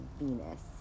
venus